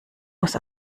muss